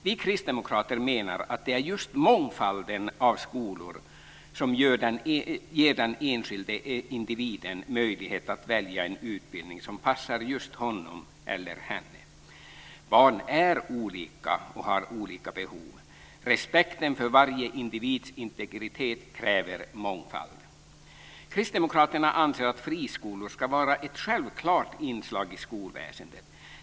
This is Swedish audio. Vi kristdemokrater menar att det just är mångfalden av skolor som ger den enskilde individen möjlighet att välja en utbildning som passar just honom eller henne. Barn är olika och har olika behov. Respekten för varje individs integritet kräver mångfald. Kristdemokraterna anser att friskolor ska vara ett självklart inslag i skolväsendet.